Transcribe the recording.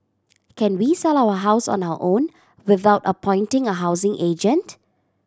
can we sell our house on our own without appointing a housing agent